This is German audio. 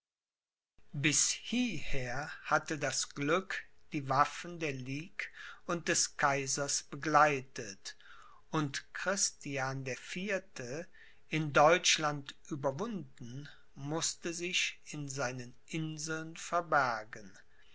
bis hierher hatte das glück die waffen der ligue und des kaisers begleitet und christian der vierte in deutschland überwunden mußte sich in seinen inseln verbergen